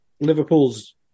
Liverpool's